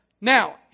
Now